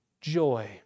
joy